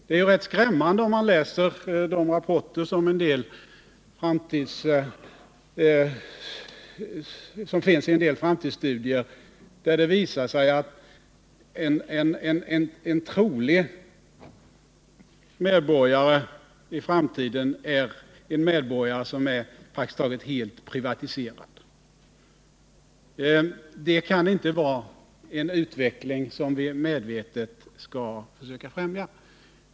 Det är rätt skrämmande rapporter man kan läsa i en del framtidsstudier, som visar att en trolig framtida medborgare är en medborgare som praktiskt taget är helt privatiserad. Det kan inte vara en utveckling som vi medvetet skall försöka främja.